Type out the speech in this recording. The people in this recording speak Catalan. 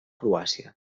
croàcia